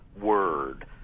word